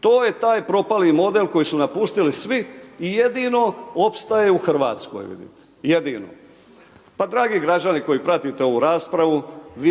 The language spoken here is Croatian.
To je taj propali model koji su napustili svi i jedino opstaju u Hrvatskoj, jedino. Pa dragi građani koji pratite ovu raspravu,